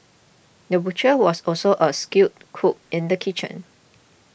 the butcher was also a skilled cook in the kitchen